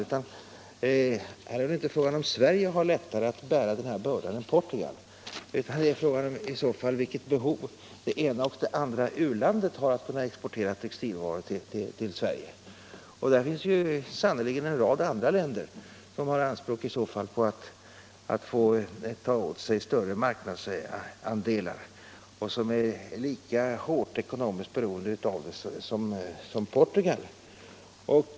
Det gäller inte huruvida Sverige har lättare att bära den här bördan än Portugal, utan frågan är vilket behov det ena eiler andra u-landet har av att exportera textilvaror till Sverige. Det finns i så fall en rad andra länder som har anspråk på större marknadsandelar och som är ekonomiskt lika starkt beroende som Portugal av en export till Sverige.